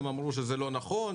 הם אמרו שזה לא נכון,